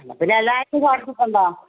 എന്നാൽ പിന്നെ എല്ലാവർക്കും ചർദ്ദി ഉണ്ടോ